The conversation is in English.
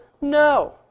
No